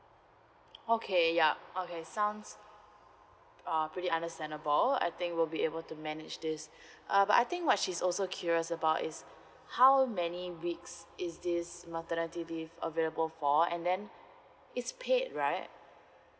okay yup okay sounds uh pretty understandable I think we will be able to manage this uh but I think what she's also curious about is how many weeks is this maternity leave available for and then it's paid right